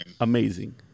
Amazing